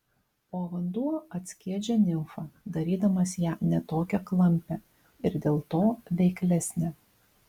o vanduo atskiedžia limfą darydamas ją ne tokią klampią ir dėl to veiklesnę